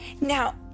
Now